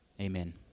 Amen